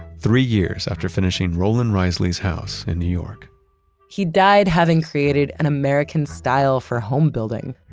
three years after finishing roland reisley's house in new york he died having created an american style for home building,